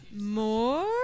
More